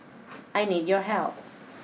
I need your help